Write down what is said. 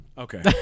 Okay